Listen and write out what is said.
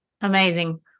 Amazing